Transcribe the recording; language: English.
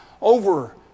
over